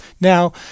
Now